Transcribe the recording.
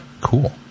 Cool